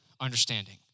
understanding